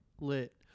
Lit